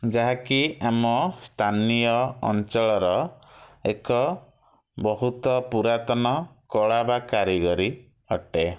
ଯାହାକି ଆମ ସ୍ଥାନୀୟ ଅଞ୍ଚଳର ଏକ ବହୁତ ପୁରାତନ କଳା ବା କାରିଗରୀ ଅଟେ